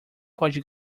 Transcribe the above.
pode